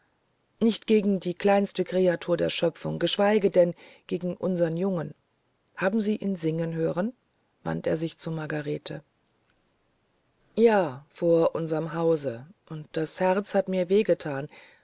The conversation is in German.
nicht gegen die kleinste kreatur der schöpfung geschweige denn gegen unseren jungen sie haben ihn singen hören wandte er sich zu margarete ja vor unserem hause und das herz hat mir